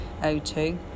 o2